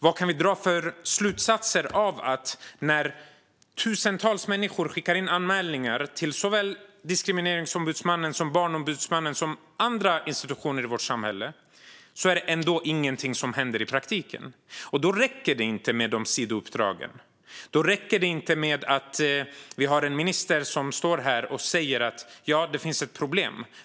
Vad kan vi dra för slutsatser när tusentals människor skickar in anmälningar till såväl Diskrimineringsombudsmannen som Barnombudsmannen och andra institutioner i vårt samhälle, men det ändå inte händer någonting i praktiken? Då räcker det inte med sidouppdragen. Då räcker det inte att vi har en minister som står här och säger: Ja, det finns ett problem.